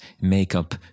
makeup